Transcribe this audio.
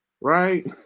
right